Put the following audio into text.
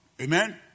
Amen